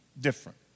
different